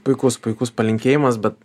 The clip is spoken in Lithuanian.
puikus puikus palinkėjimas bet